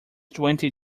twenty